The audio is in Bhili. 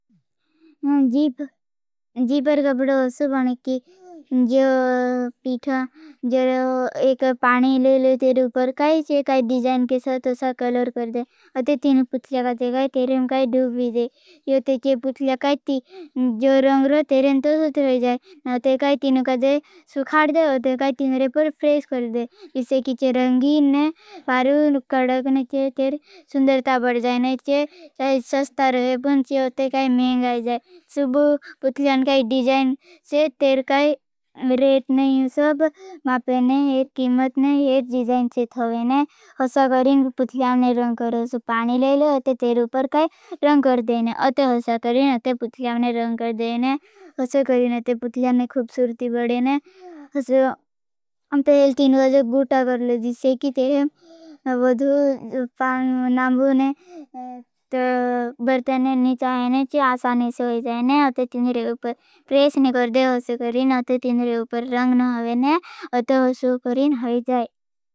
जीप जीपर गबड़ो असू बाने की। जो पीठा जोर एक पाणी लेले तेर उपर काई चे। काई डिजाइन के साथ उसा कलोर कर दे। अते तीन पुछले का ते काई तेरें काई डूप भी दे। यो ते चे पुछले काई ती जो रंग्रो तेरें तो सत्र हो जाए। अते काई तीन काई सुखाड जाए। अते काई तीन रेपर प्रेस कर जाए। जिसे की चे रंगीन ने भारू कड़कने चे तेर सुन्दर्ता बढ़ जाए। ने चे सस्ता रहे पुन चे अते काई महें गाई जाए। शुबू पुत्लियान काई डिजाइन चे। तेर काई रट ने यूसब मापे ने एक कीमत ने एक डिजाइन चे थोगे ने हसा करें। पुत्लियान ने रंग करें। अते तिंदरे उपर प्रेस ने गर्दे हसो करें। अते तिंदरे उपर रंग नो हावे ने अते हसो करें होई जाए।